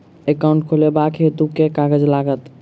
Account खोलाबक हेतु केँ कागज लागत?